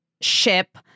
ship